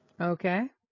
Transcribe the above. Okay